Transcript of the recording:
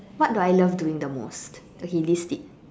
what do I love doing the most okay list it